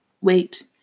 wait